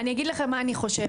אני אגיד לכם מה אני חושבת,